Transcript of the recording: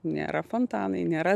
nėra fontanai nėra